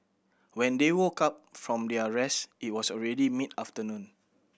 when they woke up from their rest it was already mid afternoon